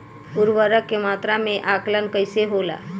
उर्वरक के मात्रा में आकलन कईसे होला?